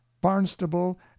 barnstable